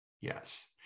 Yes